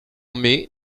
mai